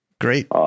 Great